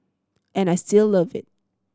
and I still love it